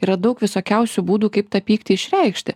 yra daug visokiausių būdų kaip tą pyktį išreikšti